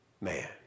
man